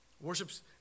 Worship's